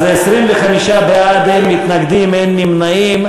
אז 25 בעד, אין מתנגדים ואין נמנעים.